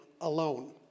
alone